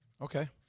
Okay